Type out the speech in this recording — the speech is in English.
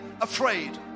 afraid